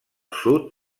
sud